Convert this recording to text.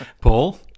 Paul